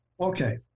Okay